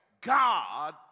God